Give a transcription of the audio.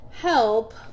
help